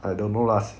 I don't know lah